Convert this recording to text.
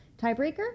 Tiebreaker